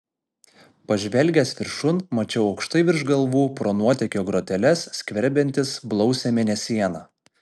pažvelgęs viršun mačiau aukštai virš galvų pro nuotėkio groteles skverbiantis blausią mėnesieną